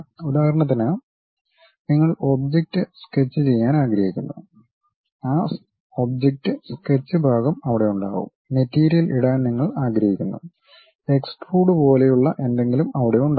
ഉദാഹരണത്തിന് നിങ്ങൾ object sketch ചെയ്യാൻ ആഗ്രഹിക്കുന്നു ആ ഒബ്ജക്റ്റ് സ്കെച്ച് ഭാഗം അവിടെ ഉണ്ടാകും മെറ്റീരിയൽ ഇടാൻ നിങ്ങൾ ആഗ്രഹിക്കുന്നു എക്സ്ട്രൂഡ് പോലുള്ള എന്തെങ്കിലും അവിടെ ഉണ്ടാകും